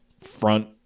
front –